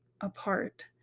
apart